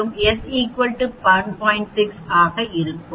6 ஆக இருக்கும்